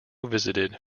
visited